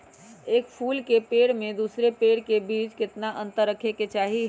एक फुल के पेड़ के दूसरे पेड़ के बीज केतना अंतर रखके चाहि?